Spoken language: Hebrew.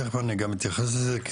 תיכף אני גם אתייחס לזה.